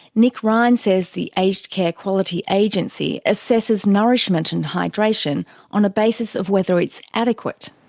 nick ryan says the aged care quality agency assesses nourishment and hydration on a basis of whether it's adequate.